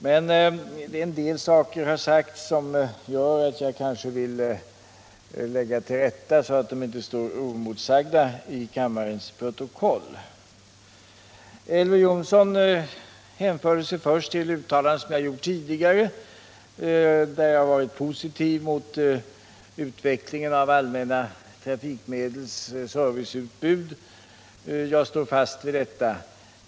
Men en del har sagts som jag vill lägga till rätta så att det inte står oemotsagt i kammarens protokoll. Elver Jonsson hänvisade först till uttalanden som jag har gjort tidigare och där jag var positiv till utvecklingen av allmänna trafikmedels serviceutbud. Jag står fast vid detta.